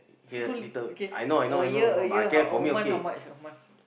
so little okay a year a year how a month how much a month